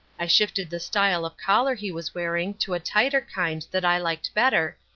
i shifted the style of collar he was wearing to a tighter kind that i liked better,